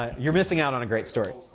ah you're missing out on a great story.